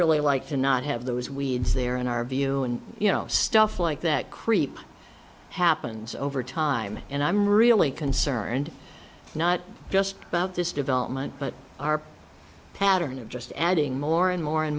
really like to not have those weeds there in our view and you know stuff like that creep happens over time and i'm really concerned not just about this development but our pattern of just adding more and more and